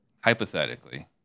hypothetically